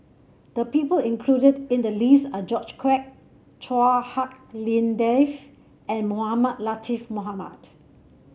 the people included in the list are George Quek Chua Hak Lien Dave and Mohamed Latiff Mohamed